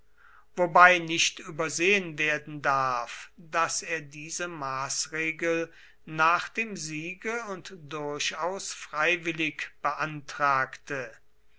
wobei nicht übersehen werden darf daß er diese maßregel nach dem siege und durchaus freiwillig beantragte